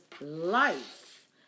life